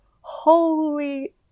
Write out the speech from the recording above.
Holy